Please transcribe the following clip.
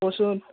কচোন